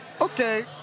okay